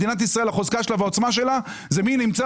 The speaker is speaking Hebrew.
החוזקה והעוצמה של מדינת ישראל זה מי נמצא